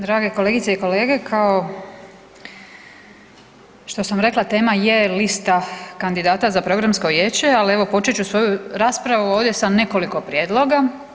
Drage kolegice i kolege, kao što sam rekla tema je lista kandidata za programsko vijeće, ali evo počet ću svoju raspravu ovdje sa nekoliko prijedloga.